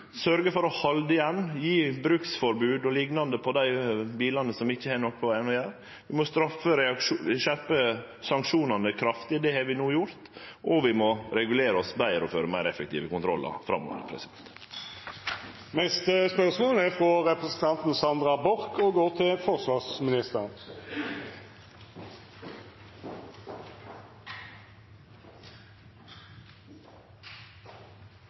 for å halde igjen, gje bruksforbod og liknande for dei bilane som ikkje har noko på vegane å gjere. Vi må skjerpe sanksjonane kraftig – det har vi no gjort – og vi må regulere oss betre og føre meir effektive kontrollar framover.